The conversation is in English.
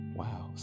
wow